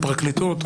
הפרקליטות,